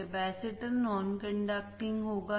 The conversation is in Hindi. कैपेसिटर नॉन कंडक्टिंग होगा